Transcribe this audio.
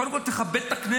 קודם כול תכבד את הכנסת.